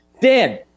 Dan